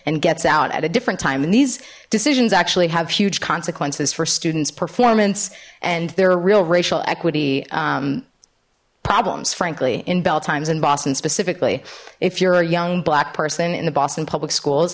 and gets out at a different time and these decisions actually have huge consequences for student's performance and there are real racial equity problems frankly in bell times in boston specifically if you're a young black person in the boston public schools